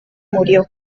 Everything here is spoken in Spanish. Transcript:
murió